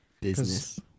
Business